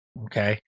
Okay